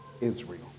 Israel